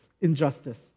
injustice